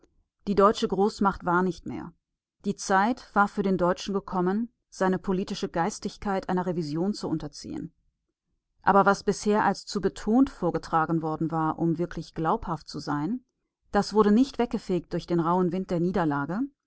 die deutsche großmacht war nicht mehr die zeit war für den deutschen gekommen seine politische geistigkeit einer revision zu unterziehen aber was bisher als zu betont vorgetragen worden war um wirklich glaubhaft zu sein das wurde nicht weggefegt durch den rauhen wind der niederlage